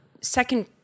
second